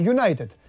United